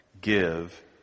Give